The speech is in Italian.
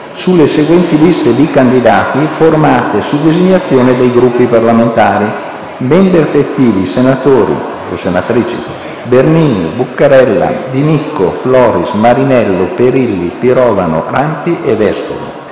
sulle seguenti liste di candidati formate su designazione dei Gruppi parlamentari. Membri effettivi, senatori: Bernini, Buccarella, Di Micco, Floris, Marinello, Perilli, Pirovano, Rampi e Vescovi.